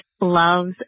loves